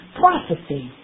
prophecy